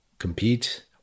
compete